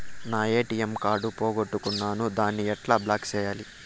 నా ATM card పోగొట్టుకున్నాను, దాన్ని ఎట్లా బ్లాక్ సేయాలి?